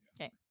Okay